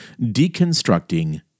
deconstructing